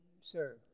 Sir